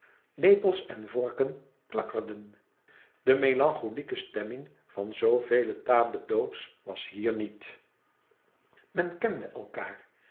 lepels en vorken klakkerden de melancholieke stemming van zoovele table dhôtes was hier niet men kende elkaâr